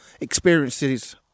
experiences